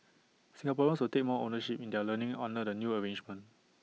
Singaporeans will take more ownership in their learning under the new arrangement